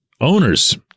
owner's